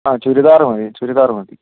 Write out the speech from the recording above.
ആ ചുരിദാർ മതി ചുരിദാർ മതി